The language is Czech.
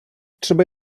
třeba